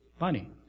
money